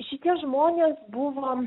šitie žmonės buvo